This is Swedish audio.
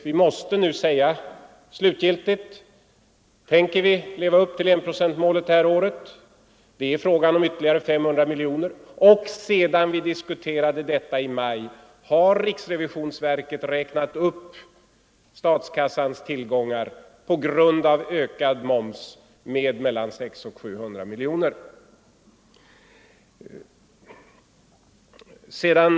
Vi måste nu slutgiltigt uttala om vi tänker uppnå enprocentsmålet detta år. Det är fråga om 500 miljoner kronor. Sedan vi diskuterade denna fråga i maj har riksrevisionsverket räknat upp statskassans tillgångar med mellan 600 och 700 miljoner kronor på grund av höjd moms.